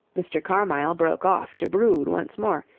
mr. carmyle broke off to brood once more,